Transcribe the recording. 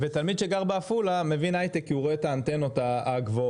תלמיד שגר בעפולה מבין הייטק כי הוא רואה את האנטנות הגבוהות,